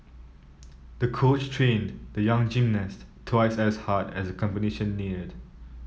the coach trained the young gymnast twice as hard as the competition neared